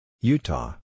Utah